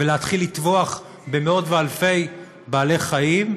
ולהתחיל לטבוח במאות ואלפי בעלי חיים,